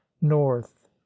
north